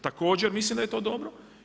Također, mislim da je to dobro.